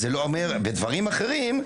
בדברים אחרים,